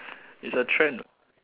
its a trend